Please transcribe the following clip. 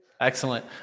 Excellent